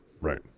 Right